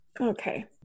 Okay